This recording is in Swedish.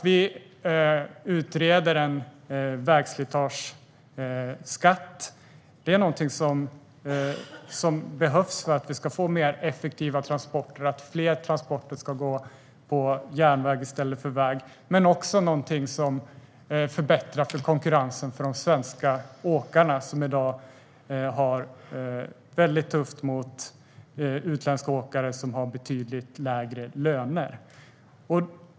Vi utreder en vägslitageskatt för att det är någonting som behövs för att vi ska få mer effektiva transporter och för att fler transporter ska gå på järnväg i stället för väg, men det är också någonting som förbättrar situationen för de svenska åkarna som i dag har det tufft i konkurrensen med de utländska åkarna som har betydligt lägre löner.